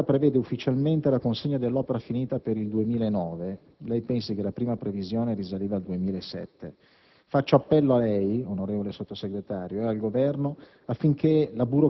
La Società Autostrade prevede ufficialmente la consegna dell'opera finita per il 2009; lei pensi che la prima previsione risaliva al 2007. Faccio appello a lei, onorevole Sottosegretario, e al Governo